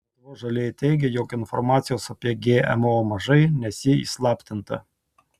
lietuvos žalieji teigia jog informacijos apie gmo mažai nes ji įslaptinta